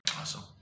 Awesome